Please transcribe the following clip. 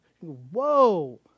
Whoa